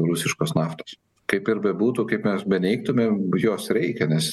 rusiškos naftos kaip ir bebūtų kaip mes beneigtume jos reikia nes